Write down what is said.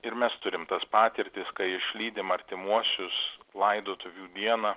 ir mes turim tas patirtis kai išlydim artimuosius laidotuvių dieną